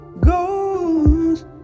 goes